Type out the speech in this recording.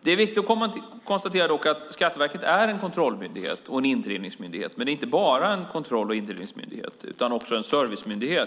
Det är dock viktigt att konstatera att Skatteverket är en kontrollmyndighet och en indrivningsmyndighet, men inte bara en kontroll och indrivningsmyndighet utan också en servicemyndighet.